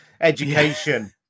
education